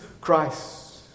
Christ